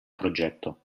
progetto